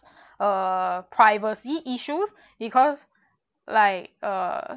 uh privacy issues because like uh